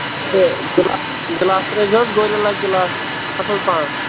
تہٕ گِلاس ترٲوۍزِہوس Gorilla glass اَصٕل پَہم